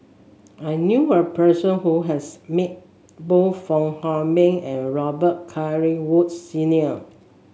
I knew a person who has met both Fong Hoe Beng and Robet Carr Woods Senior